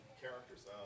characters